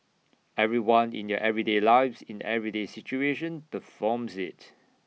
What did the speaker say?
everyone in their everyday lives in everyday situation performs IT